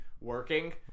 Working